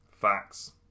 facts